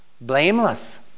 blameless